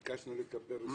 ביקשנו לקבל רשימה,